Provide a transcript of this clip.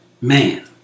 Man